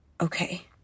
Okay